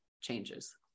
changes